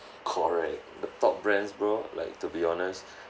correct the top brands bro like to be honest